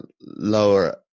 lower